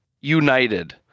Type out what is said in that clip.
United